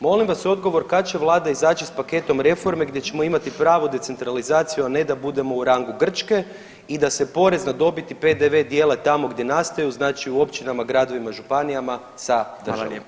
Molim vas odgovor kad će Vlada izaći s paketom reformi gdje ćemo imati pravo decentralizaciju a ne da bude u rangu Grčke i da se porez na dobit i PDV dijele tamo gdje nastaju, znači u općinama, gradovima, županijama sa državom?